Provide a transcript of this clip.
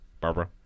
Barbara